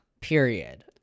Period